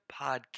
podcast